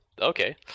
Okay